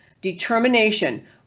determination